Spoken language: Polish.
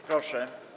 Proszę.